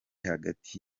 hagati